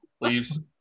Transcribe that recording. leaves